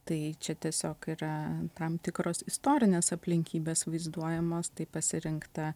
tai čia tiesiog yra tam tikros istorinės aplinkybės vaizduojamos tai pasirinkta